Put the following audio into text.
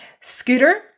Scooter